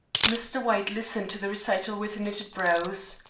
mr. white listened to the recital with knitted brows.